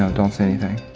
don't don't say anything.